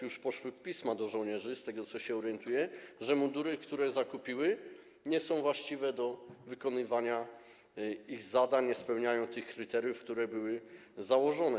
Już poszły pisma do żołnierzy, z tego, co się orientuję, że mundury, które zakupili, nie są właściwe w przypadku wykonywania ich zadań, nie spełniają tych kryteriów, które były założone.